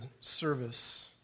service